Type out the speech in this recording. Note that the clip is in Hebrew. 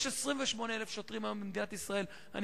יש היום במדינת ישראל 28,000 שוטרים,